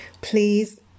Please